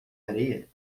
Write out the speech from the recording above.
areia